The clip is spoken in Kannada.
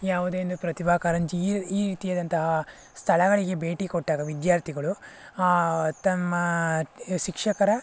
ಯಾವುದೇ ಒಂದು ಪ್ರತಿಭಾ ಕಾರಂಜಿ ಈ ಈ ರೀತಿಯಾದಂತಹ ಸ್ಥಳಗಳಿಗೆ ಭೇಟಿ ಕೊಟ್ಟಾಗ ವಿದ್ಯಾರ್ಥಿಗಳು ತಮ್ಮ ಶಿಕ್ಷಕರ